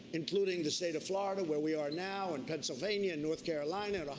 including the state of florida, where we are now, and pennsylvania, and north carolina,